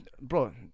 bro